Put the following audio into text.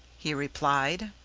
he replied.